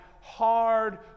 hard